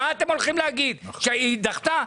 מה אתם הולכים להגיד להם, שהיא דחתה?